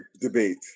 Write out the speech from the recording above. debate